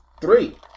Three